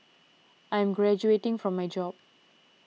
I'm graduating from my job